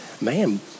Ma'am